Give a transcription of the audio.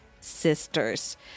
Sisters